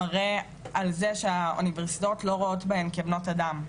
רק מראה שהאוניברסיטאות לא רואות בהן כבנות אדם.